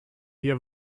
hier